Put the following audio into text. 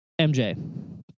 MJ